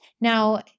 Now